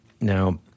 Now